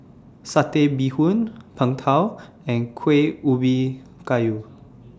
Satay Bee Hoon Png Tao and Kuih Ubi Kayu